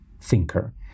thinker